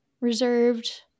reserved